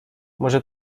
może